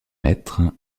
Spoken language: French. mètres